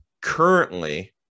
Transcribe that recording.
currently